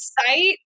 site